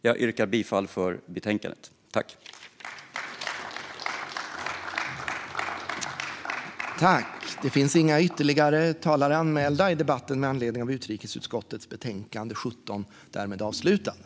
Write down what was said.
Jag yrkar bifall till utskottets förslag i betänkandet.